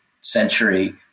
century